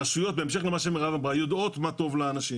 הרשויות יודעות מה טוב לאנשים